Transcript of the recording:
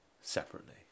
separately